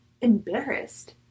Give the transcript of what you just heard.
embarrassed